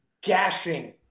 gashing